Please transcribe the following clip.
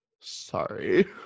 Sorry